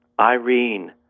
Irene